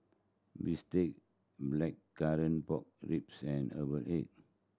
bistake Blackcurrant Pork Ribs and herbal egg